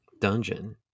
dungeon